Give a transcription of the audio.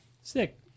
Sick